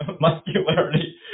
muscularity